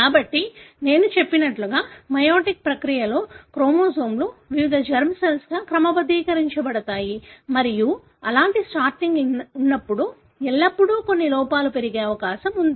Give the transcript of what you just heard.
కాబట్టి నేను చెప్పినట్లుగా మెయోటిక్ ప్రక్రియలో క్రోమోజోమ్లు వివిధ జెర్మ్ సెల్స్గా క్రమబద్ధీ కరించబడతాయి మరియు అలాంటి సార్టింగ్ జరిగినప్పుడు ఎల్లప్పుడూ కొన్ని లోపాలు ఉండే అవకాశం ఉంటుంది